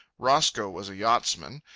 roscoe was a yachtsman.